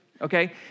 okay